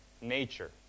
nature